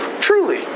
truly